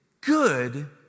good